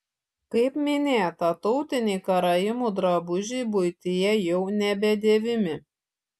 kaip minėta tautiniai karaimų drabužiai buityje jau nebedėvimi